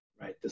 Right